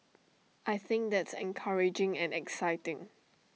I think that's encouraging and exciting